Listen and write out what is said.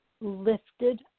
lifted